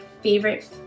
favorite